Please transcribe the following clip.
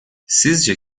sizce